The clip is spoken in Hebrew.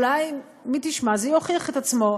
אולי זה יוכיח את עצמו,